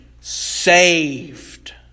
saved